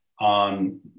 on